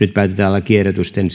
lakiehdotuksen